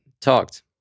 talked